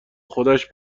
خودش